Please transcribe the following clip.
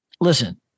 Listen